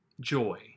Joy